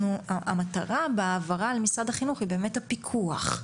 המטרה בהעברה למשרד החינוך היא באמת הפיקוח,